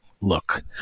look